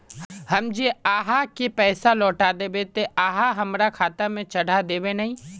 हम जे आहाँ के पैसा लौटैबे ते आहाँ हमरा खाता में चढ़ा देबे नय?